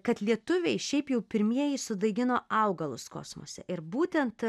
kad lietuviai šiaip jau pirmieji sudaigino augalus kosmose ir būtent